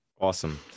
awesome